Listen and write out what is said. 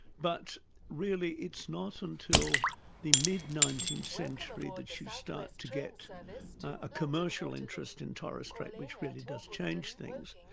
but really it's not until the mid-nineteenth century that you start to get a commercial interest in torres strait, which really does change things.